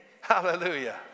Hallelujah